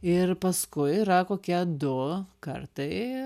ir paskui yra kokie du kartai